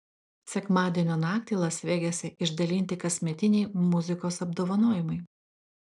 sekmadienio naktį las vegase išdalinti kasmetiniai muzikos apdovanojimai